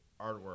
artwork